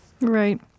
Right